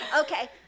Okay